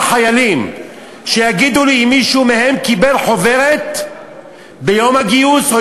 חיילים אם מישהו מהם קיבל חוברת ביום הגיוס או